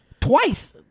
twice